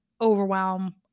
overwhelm